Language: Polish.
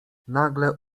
nagle